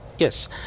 Yes